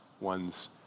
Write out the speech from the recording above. one's